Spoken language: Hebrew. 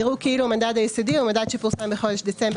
יראו כאילו המדד היסודי הוא המדד שפורסם בחודש דצמבר